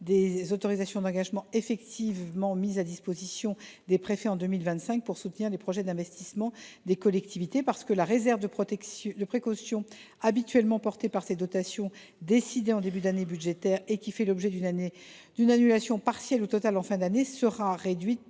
des autorisations d’engagement mises à la disposition des préfets en 2025 pour soutenir les projets d’investissement des collectivités. La réserve de précaution habituellement portée par ces dotations, décidée en début d’année budgétaire et qui fait l’objet d’une annulation partielle ou totale en fin d’année, sera réduite